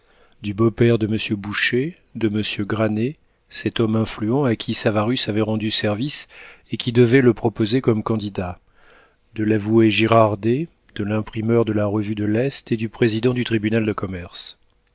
du beau-père de monsieur boucher de monsieur granet cet homme influent à qui savarus avait rendu service et qui devait le proposer comme candidat de l'avoué girardet de l'imprimeur de la revue de l'est et du président du tribunal de commerce